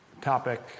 topic